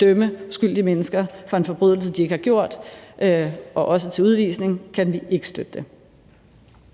dømme uskyldige mennesker for en forbrydelse, de ikke har begået, herunder også til udvisning, kan vi ikke støtte det.